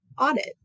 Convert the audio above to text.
audit